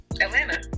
Atlanta